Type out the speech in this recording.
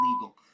illegal